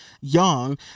young